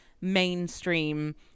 mainstream